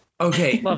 Okay